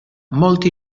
molti